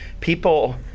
people